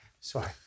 sorry